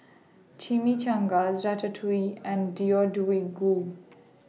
Chimichangas Ratatouille and Deodeok Gui